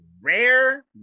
rare